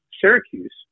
Syracuse